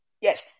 Yes